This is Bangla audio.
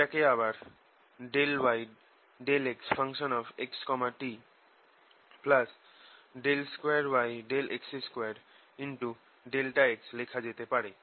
এটাকে আবার ∂yxt∂x 2yx2∆x লেখা যেতে পারে